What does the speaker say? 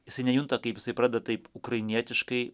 jisai nejunta kaip jisai pradeda taip ukrainietiškai